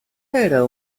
era